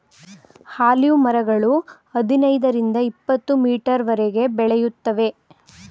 olive ಮರಗಳು ಹದಿನೈದರಿಂದ ಇಪತ್ತುಮೀಟರ್ವರೆಗೆ ಬೆಳೆಯುತ್ತವೆ